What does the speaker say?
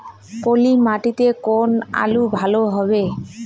পলি মাটিতে কোন আলু ভালো হবে?